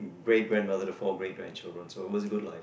great grandmother to four great grandchildren so it was a good life